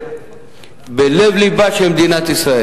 ואחר כך המנדטורית,